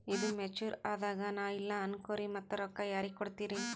ಈದು ಮೆಚುರ್ ಅದಾಗ ನಾ ಇಲ್ಲ ಅನಕೊರಿ ಮತ್ತ ರೊಕ್ಕ ಯಾರಿಗ ಕೊಡತಿರಿ?